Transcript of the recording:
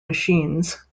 machines